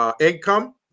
income